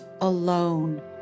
alone